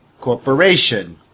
Corporation